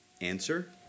Answer